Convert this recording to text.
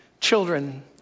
children